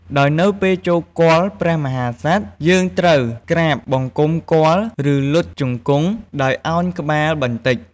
ដោយនៅពេលចូលគាល់ព្រះមហាក្សត្រ យើងត្រូវក្រាបបង្គំគាល់ ឬលុតជង្គង់ ដោយឱនក្បាលបន្តិច។